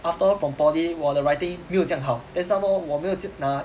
after all from poly 我的 writing 没有这样好 then somemore 我没有拿